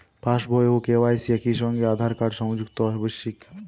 পাশ বই ও কে.ওয়াই.সি একই সঙ্গে আঁধার কার্ড সংযুক্ত কি আবশিক?